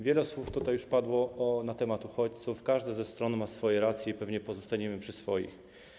Wiele słów już padło na temat uchodźców, każda ze stron ma swoje racje i pewnie pozostaniemy przy swoich.